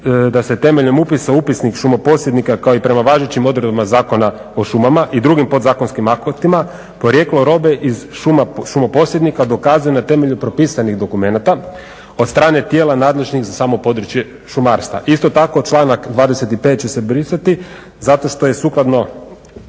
da se temeljem upisa upisnih šumoposjednika kao i prema važećim odredbama Zakona o šumama i drugim podzakonskim aktima, porijeklo robe iz šumoposjednika dokazuje na temelju propisanih dokumenata od strane tijela nadležnih za samo područje šumarstva. Isto tako članak 25. će se brisati zato što je sukladno